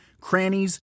crannies